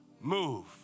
move